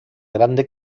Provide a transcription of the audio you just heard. grande